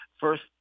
first